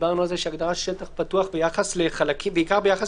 דיברנו על כך שהגדרת שטח פתוח בעיקר ביחס